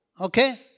Okay